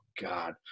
God